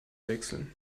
wechseln